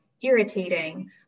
irritating